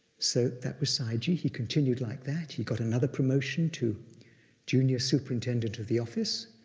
so that was sayagyi, he continued like that, he got another promotion to junior superintendent of the office.